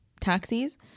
taxis